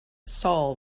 saul